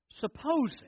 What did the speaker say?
supposing